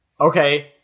Okay